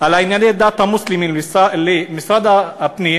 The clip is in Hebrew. בענייני הדת המוסלמית למשרד הפנים